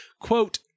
quote